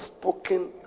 spoken